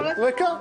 ריקה.